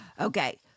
Okay